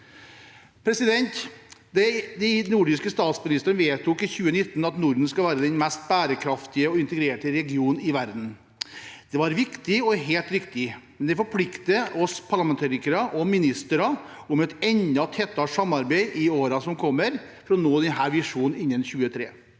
kommer. De nordiske statsministrene vedtok i 2019 at Norden skal være den mest bærekraftige og integrerte region i verden. Det var viktig og helt riktig, men det forplikter oss parlamentarikere og ministre til et enda tettere samarbeid i årene som kommer, for å nå denne visjonen innen 2023.